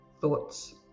thoughts